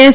S